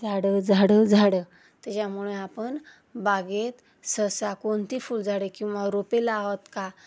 झाडं झाडं झाडं त्याच्यामुळे आपण बागेत सहसा कोणती फुलझाडे किंवा रोपे लावत का